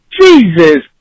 Jesus